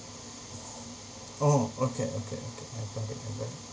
oh okay okay okay I got it I got it